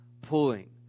pulling